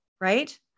right